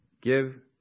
Give